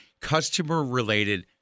Customer-related